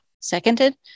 Seconded